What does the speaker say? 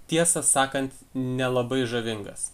tiesą sakant nelabai žavingas